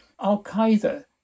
al-Qaeda